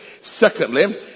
Secondly